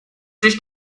sich